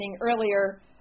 earlier